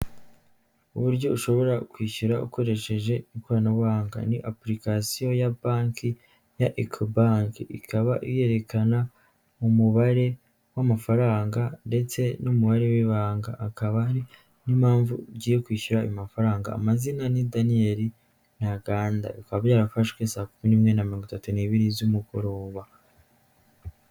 Uburyo ushobora kwishyura ukoresheje ikoranabuhanga, ni apurikasiyo ya banki ya ekobanki. Ikaba yerekana umubare w'amafaranga ndetse n'umubare w'ibanga akaba ari n'impamvu ugiye kwishyura ayo mafaranga amazina ni Daniyeli Ntaganda, bikaba byarafashwe saa kumi n'imwe na mirongo itatu n'ibiri z'umugoroba.